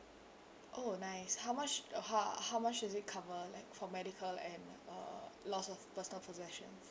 oh nice how much uh how how much does it cover like for medical and uh loss of personal possessions